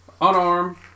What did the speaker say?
Unarmed